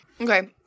Okay